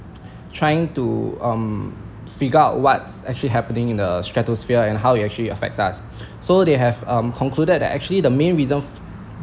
trying to um figure out what's actually happening in the stratosphere and how it actually affects us so they have um concluded that actually the main reason f~